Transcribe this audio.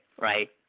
Right